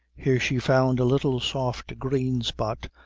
here she found a little, soft, green spot,